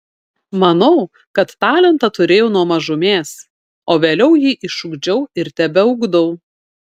manau kad talentą turėjau nuo mažumės o vėliau jį išugdžiau ir tebeugdau